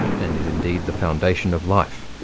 and is indeed the foundation of life,